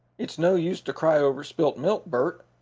it's no use to cry over spilt milk, bert.